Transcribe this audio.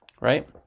right